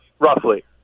roughly